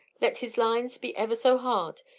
let his lines be ever so hard,